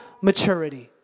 maturity